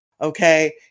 okay